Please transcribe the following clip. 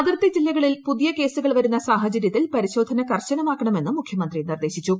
അതിർത്തി ജില്ലകളിൽ പുതിയ കേസുകൾ വരുന്ന സാഹചര്യത്തിൽ പരിശോധന കർശനമാക്കണമെന്നും മുഖ്യമന്ത്രി നിർദ്ദേശിച്ചു